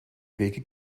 wege